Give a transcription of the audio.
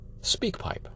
speakpipe